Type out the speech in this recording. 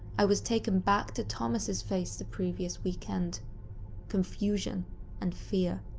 i was taken back to thomas' face the previous weekend confusion and fear.